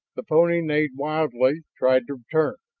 the pony neighed wildly, tried to turn,